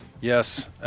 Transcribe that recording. Yes